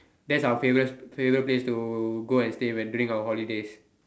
that's our favourite favourite place to go and stay when during our holidays